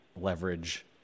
leverage